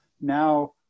now